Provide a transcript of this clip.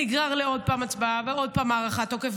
נגרר לעוד פעם הצבעה ועוד פעם הארכת תוקף,